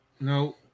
No